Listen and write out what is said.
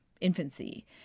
infancy